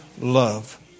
love